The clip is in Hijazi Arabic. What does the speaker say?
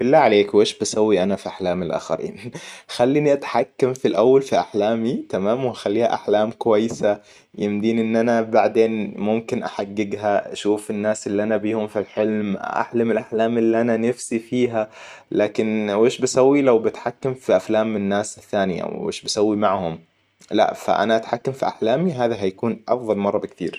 بالله عليك ويش بسوي أنا في أحلام الأخرين؟ خليني أتحكم في الأول في احلامي, تمام. واخليها أحلام كويسة. يمديني إن أنا بعدين ممكن أحققها أشوف الناس اللي أنا بهم في الحلم أحلم الأحلام اللي أنا نفسي فيها. لكن وش بسوي لو بتحكم في افلام الناس الثانية وش بسوي معهم؟ لأ فأنا أتحكم في أحلامي هذا هيكون أفضل مرة بكثير